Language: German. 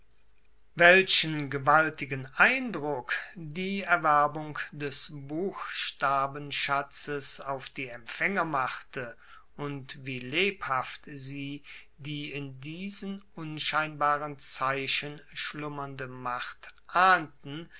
welchen gewaltigen eindruck die erwerbung des buchstabenschatzes auf die empfaenger machte und wie lebhaft sie die in diesen unscheinbaren zeichen schlummernde macht ahnten